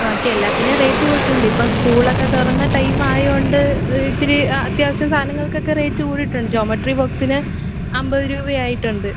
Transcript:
ബാക്കി എല്ലാത്തിനും റേറ്റ് കൂടിയിട്ടുണ്ട് ഇപ്പം സ്കൂളൊക്കെ തുറന്ന ടൈമായത് കൊണ്ട് ഇത്തിരി അ അത്യാവശ്യം സാധനങ്ങൾക്ക് ഒക്കെ റേറ്റ് കൂടിയിട്ടുണ്ട് ജോമെട്രി ബോക്സിന് അമ്പത് രൂപയായിട്ടുണ്ട്